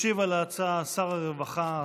ישיב על ההצעה שר הרווחה,